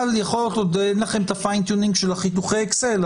אולי עוד אין לכם את ה-fine tuning של חיתוכי האקסל,